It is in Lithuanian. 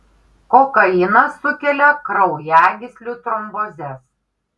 kokainas sukelia kraujagyslių trombozes